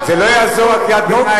זה לא יעזור קריאת הביניים,